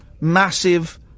massive